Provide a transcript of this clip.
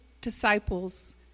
disciples